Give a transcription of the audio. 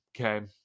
Okay